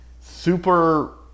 super